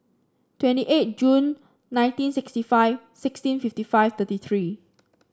twenty eight June nineteen sixty five sixteen fifty five thirty three